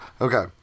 Okay